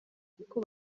kuko